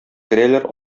керәләр